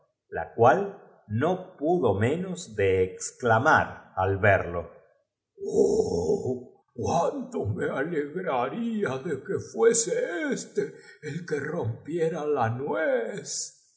la cual no pudo menos su c una y desd entonces habíanse ope de exclamar al verlo oh cuánto me alegraría de que jv mos decir con nuestra franqueza de bis fuese és te el que rompiera ja nuez